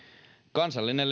kansallinen